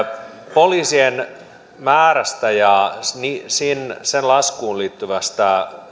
poliisien määrästä ja sen laskuun liittyvästä